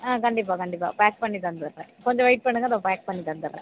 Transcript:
ஆ கண்டிப்பாக கண்டிப்பாக பேக் பண்ணி தந்துடுறேன் கொஞ்சம் வெயிட் பண்ணுங்க இதோ பேக் பண்ணி தந்துடுறேன்